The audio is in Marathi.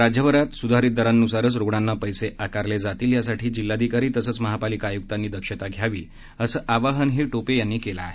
राज्यभरात सुधारित दरांनुसारच रुग्णांना पैसे आकारले जातील यासाठी जिल्हाधिकारी तसंच महापालिका आयुकांनी दक्षता घ्यावी असं आवाहनही टोपे यांनी केलं आहे